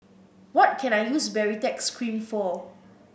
what can I use Baritex Cream for